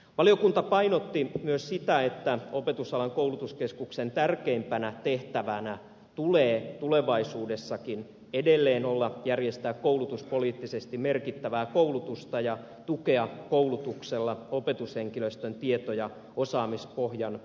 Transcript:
valiokunta painotti myös sitä että opetusalan koulutuskeskuksen tärkeimpänä tehtävänä tulee tulevaisuudessakin edelleen olla järjestää koulutuspoliittisesti merkittävää koulutusta ja tukea koulutuksella opetushenkilöstön tieto ja osaamispohjan ajanmukaisuutta